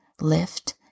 lift